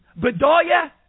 Bedoya